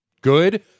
good